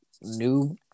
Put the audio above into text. new